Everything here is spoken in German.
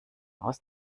aus